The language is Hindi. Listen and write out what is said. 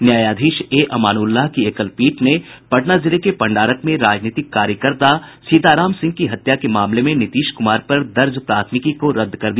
न्यायाधीश ए अमानुल्लाह की एकल पीठ ने पटना जिले के पंडारक में राजनीतिक कार्यकर्ता सीताराम सिंह की हत्या के मामले में नीतीश कुमार पर दर्ज प्राथमिकी को रद्द कर दिया